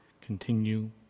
continue